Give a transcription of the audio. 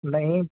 नहीं